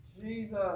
Jesus